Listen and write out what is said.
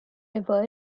river